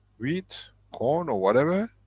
wheat, corn, or whatever,